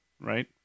right